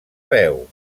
peu